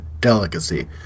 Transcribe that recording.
delicacy